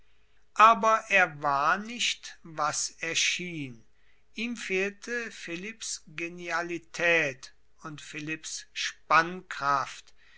aber er war nicht was er schien ihm fehlte philipps genialitaet und philipps spannkraft